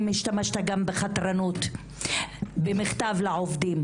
אם השתמשת גם במילה חתרנות במכתב לעובדים.